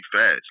fast